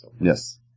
Yes